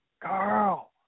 Carl